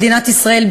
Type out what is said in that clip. מדינת ישראל,